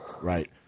Right